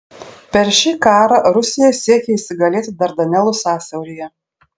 per šį karą rusija siekė įsigalėti dardanelų sąsiauryje